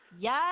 yes